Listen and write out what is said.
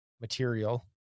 material